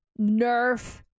Nerf